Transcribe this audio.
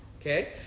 okay